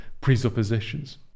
presuppositions